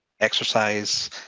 exercise